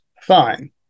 fine